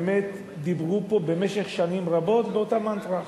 באמת דיברו פה במשך שנים רבות באותה מנטרה.